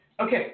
Okay